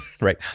right